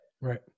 right